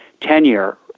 tenure